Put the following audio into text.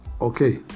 Okay